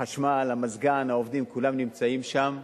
החשמל, המזגן, העובדים, כולם נמצאים שם,